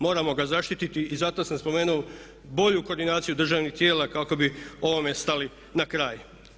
Moramo ga zaštiti i zato sam spomenuo bolju koordinaciju državnih tijela kako bi ovome stali na kraj.